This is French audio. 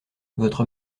votre